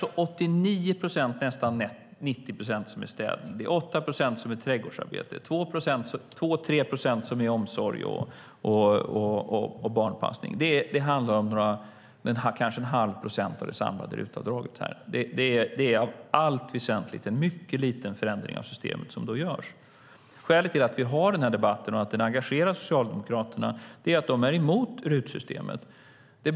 89 procent, nästan 90 procent, av RUT-avdragen är städning, och 8 procent är trädgårdsarbete. 2-3 procent är omsorg och barnpassning. Här handlar det om kanske en halv procent av det samlade RUT-avdraget. Det är i allt väsentligt en mycket liten förändring av systemet som görs. Skälet till att vi har den här debatten och att frågan engagerar Socialdemokraterna är att de är emot RUT-systemet.